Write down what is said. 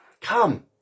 Come